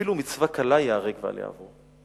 אפילו מצווה קלה ייהרג ואל יעבור.